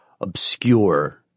obscure